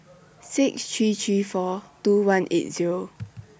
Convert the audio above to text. six three three four two one eight Zero